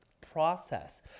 process